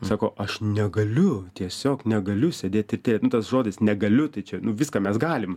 sako aš negaliu tiesiog negaliu sėdėt ir nu tas žodis negaliu tai čia nu viską mes galim